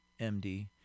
MD